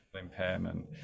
impairment